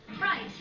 Right